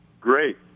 Great